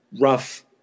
rough